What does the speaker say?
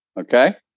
Okay